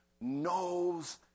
knows